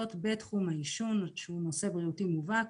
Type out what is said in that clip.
בתחום העישון שהוא נושא בריאותי מובהק